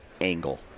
angle